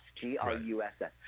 G-R-U-S-S